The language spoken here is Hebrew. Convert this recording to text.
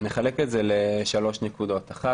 נחלק את זה לשלוש נקודות: א',